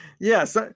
Yes